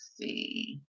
see